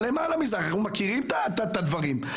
אנחנו מכירים את הדברים.